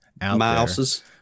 mouses